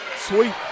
Sweet